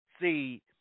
see